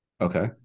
Okay